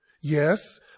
Yes